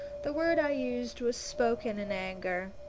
the word i used was spoken in anger,